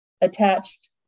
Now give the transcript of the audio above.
attached